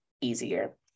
easier